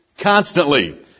constantly